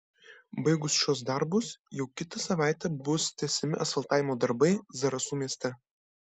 baigus šiuos darbus jau kitą savaitę bus tęsiami asfaltavimo darbai zarasų mieste